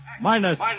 minus